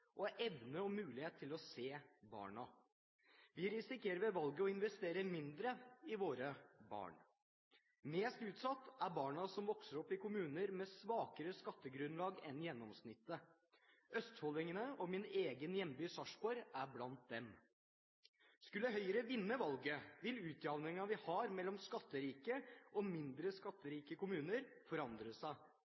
og evne og mulighet til å se dem. Vi risikerer ved valget å investere mindre i våre barn. Mest utsatt er barna som vokser opp i kommuner med svakere skattegrunnlag enn gjennomsnittet. Østfold-kommunene og min egen hjemby, Sarpsborg, er blant dem. Skulle Høyre vinne valget, vil utjevningen vi har mellom skatterike og mindre skatterike kommuner, forandre seg.